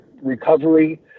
recovery